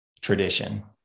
tradition